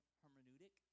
hermeneutic